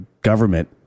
government